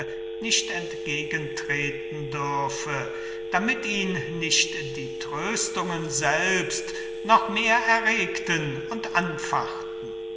nicht entgegentreten dürfe damit ihn nicht die tröstungen selbst noch mehr erregten und anfachten